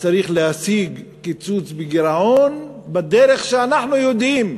צריך להשיג קיצוץ בגירעון בדרך שאנחנו יודעים.